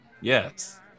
Yes